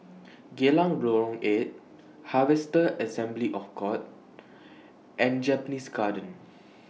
Geylang Lorong eight Harvester Assembly of God and Japanese Garden